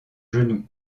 genoux